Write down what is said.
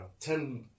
Ten